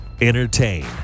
Entertain